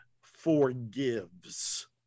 forgives